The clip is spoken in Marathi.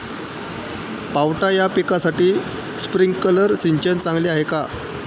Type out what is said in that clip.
पावटा या पिकासाठी स्प्रिंकलर सिंचन चांगले आहे का?